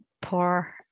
poor